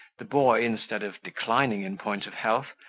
the boy, instead of declining in point of health,